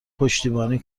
پشتیبانی